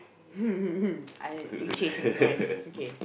I you changed in the mind okay